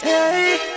Hey